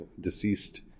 deceased